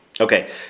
Okay